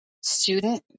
student